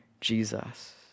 Jesus